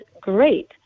great